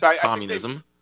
Communism